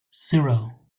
zero